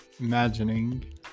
imagining